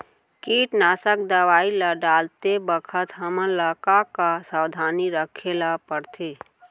कीटनाशक दवई ल डालते बखत हमन ल का का सावधानी रखें ल पड़थे?